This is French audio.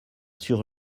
sur